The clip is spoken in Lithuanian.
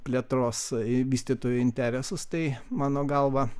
plėtros vystytojų interesus tai mano galva